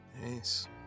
nice